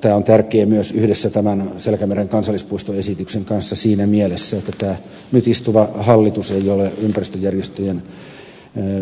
tämä on tärkeä yhdessä selkämeren kansallispuistoesityksen kanssa myös siinä mielessä että nyt istuva hallitus ei ole ympäristöjärjestöjen